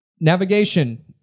Navigation